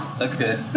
Okay